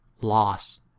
loss